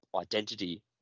identity